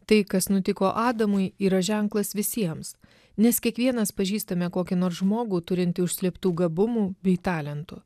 tai kas nutiko adamui yra ženklas visiems nes kiekvienas pažįstame kokį nors žmogų turintį užslėptų gabumų bei talentų